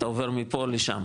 אתה עובר מפה לשם,